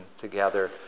together